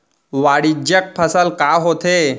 वाणिज्यिक फसल का होथे?